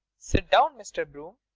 sit down, mr. broome.